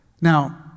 Now